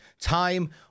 Time